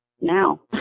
now